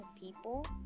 people